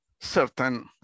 certain